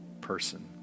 person